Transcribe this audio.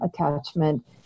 attachment